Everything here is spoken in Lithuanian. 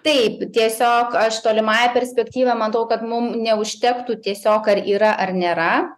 taip tiesiog aš tolimąja perspektyva matau kad mum neužtektų tiesiog ar yra ar nėra